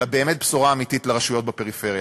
אלא באמת בשורה אמיתית לרשויות בפריפריה.